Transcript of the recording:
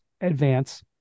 advance